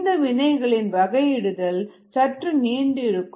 இந்த வினைகளின் வகையிடுதல் சற்று நீண்டு இருக்கும்